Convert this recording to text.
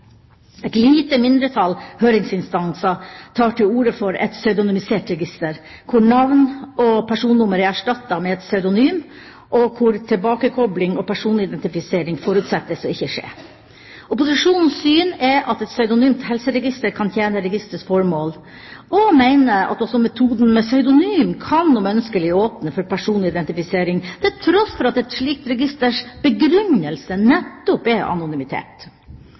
Et lite mindretall høringsinstanser tar til orde for et pseudonymisert register, hvor navn og personnummer er erstattet med et pseudonym, og hvor tilbakekopling og personidentifisering forutsettes ikke å skje. Opposisjonens syn er at et pseudonymt helseregister kan tjene registerets formål og mener at også metoden med pseudonym, om ønskelig, kan åpne for personlig identifisering, til tross for at et slikt registers begrunnelse nettopp er anonymitet.